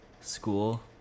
school